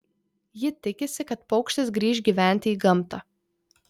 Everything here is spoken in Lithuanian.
ji tikisi kad paukštis grįš gyventi į gamtą